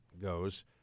goes